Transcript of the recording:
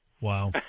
Wow